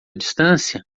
distância